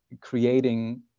creating